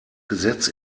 gesetz